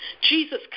Jesus